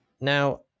Now